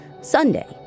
Sunday